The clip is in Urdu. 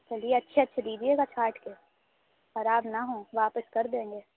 چلیے اچھے اچھے دیجیے گا چھانٹ کے خراب نہ ہوں واپس کر دیں گے